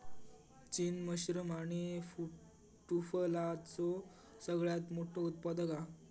चीन मशरूम आणि टुफलाचो सगळ्यात मोठो उत्पादक हा